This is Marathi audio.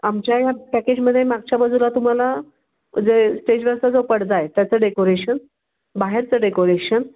आमच्या ह्या पॅकेजमध्ये मागच्या बाजूला तुम्हाला जे स्टेजवरचा जो पडदा आहे त्याचं डेकोरेशन बाहेरचं डेकोरेशन